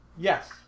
Yes